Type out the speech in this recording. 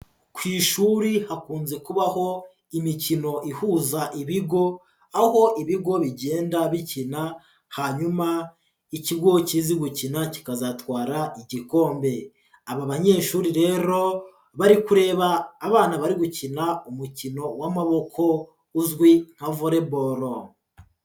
Ku ishuri hakunze kubaho imikino ihuza ibigo, aho ibigo bigenda bikina hanyuma ikigo kizi gukina kikazatwara igikombe. Aba banyeshuri rero bari kureba abana bari gukina umukino w'amaboko uzwi nka volley ball.